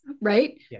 Right